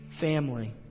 family